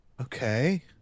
Okay